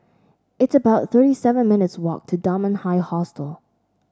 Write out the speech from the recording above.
it's about thirty seven minutes' walk to Dunman High Hostel